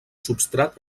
substrat